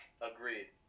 Agreed